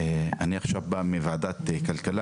עכשיו בא מוועדת כלכלה.